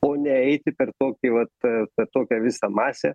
o ne eiti per tokį vat tokią visą masę